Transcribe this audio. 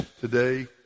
today